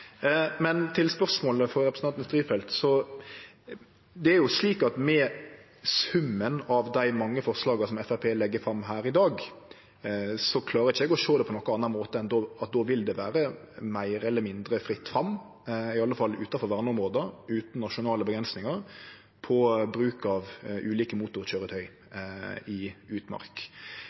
Men så til spørsmålet frå representanten Strifeldt. Med summen av dei mange forslaga som Framstegspartiet legg fram i dag, klarar ikkje eg å sjå det på nokon annan måte enn at det då, i alle fall utanfor verneområda, vil vere meir eller mindre fritt fram, utan nasjonale avgrensingar på bruk av ulike motorkøyretøy i utmark.